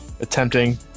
attempting